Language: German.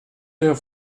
der